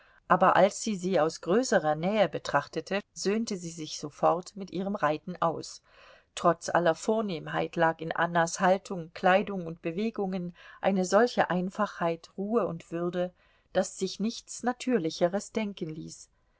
aber als sie sie aus größerer nähe betrachtete söhnte sie sich sofort mit ihrem reiten aus trotz aller vornehmheit lag in annas haltung kleidung und bewegungen eine solche einfachheit ruhe und würde daß sich nichts natürlicheres denken ließ